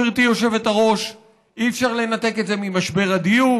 גברתי היושבת-ראש: אי-אפשר לנתק את זה ממשבר הדיור